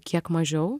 kiek mažiau